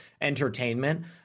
entertainment